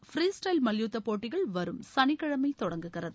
free style மல்யுத்த போட்டிகள் வரும் சனிக்கிழமை தொடங்குகிறது